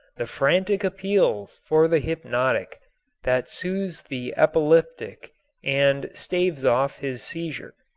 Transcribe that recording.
the frantic appeals for the hypnotic that soothes the epileptic and staves off his seizure,